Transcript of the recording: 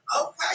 Okay